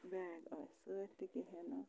bag آسہِ سۭتۍ تہِ کِہیٖنۍ نہٕ